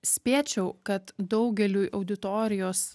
spėčiau kad daugeliui auditorijos